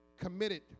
committed